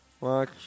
watch